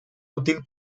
útil